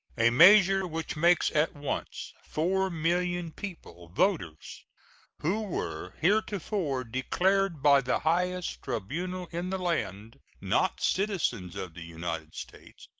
a measure which makes at once four million people voters who were heretofore declared by the highest tribunal in the land not citizens of the united states,